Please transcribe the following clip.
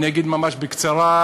אני אגיד ממש בקצרה: